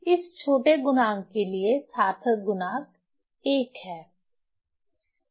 इस छोटे गुणांक के लिए सार्थक गुणांक 1 है